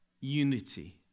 unity